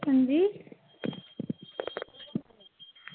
अंजी